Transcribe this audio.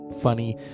funny